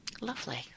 Lovely